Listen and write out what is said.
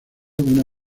una